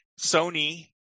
Sony